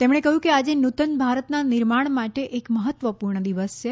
તેમણે કહ્યું કે આજે નૂતન ભારતના નિર્માણ માટે એક મહત્વપૂર્ણ દિવસ છે